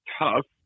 tough